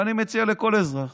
ואני מציע לכל אזרח